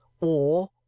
Or